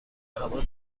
هوا